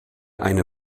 eine